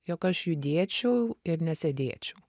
jog aš judėčiau ir nesėdėčiau